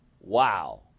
Wow